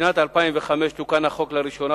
בשנת 2005 תוקן החוק לראשונה,